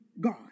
God